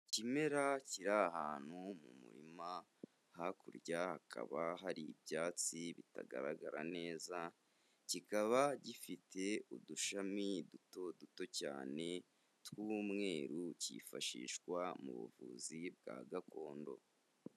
Ikimera kiri ahantu mu murima hakurya hakaba hari ibyatsi bitagaragara neza, kikaba gifite udushami duto duto cyane tw'umweru, cyifashishwa mu buvuzi bwa gakondo.